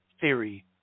theory